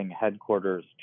headquarters